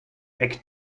weg